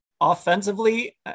offensively